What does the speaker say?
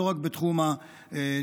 ולא רק בתחום הטרור,